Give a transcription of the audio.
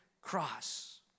cross